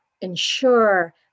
ensure